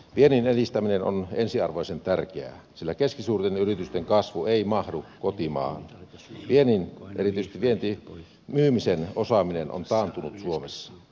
viennin edistäminen on ensiarvoisen tärkeää sillä keskisuurten yritysten kasvu ei mahdu kotimaan viennin kehitys vie viemisen osaaminen on saatu ulos